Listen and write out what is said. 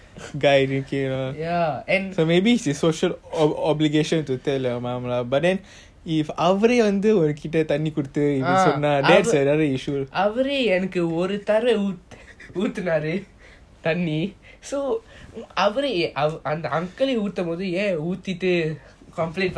ya and வாரிய என்ன ஒரு தடவ ஊதினாறு தண்ணி:avarey enna oru thadava uuthinaaru thanni so ஆவரேய அந்த:aavarey antha uncle eh ஊதும் போது ஏன் ஊத்திட்டு:uthum bothu yean uthitu complain பன்றாரு:panraaru